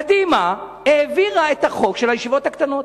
קדימה העבירה את החוק של הישיבות הקטנות.